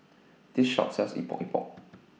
This Shop sells Epok Epok